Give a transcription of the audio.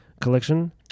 collection